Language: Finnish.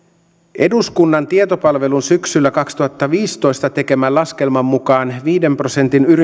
eduskunnan tietopalvelun syksyllä kaksituhattaviisitoista tekemän laskelman mukaan viiden prosentin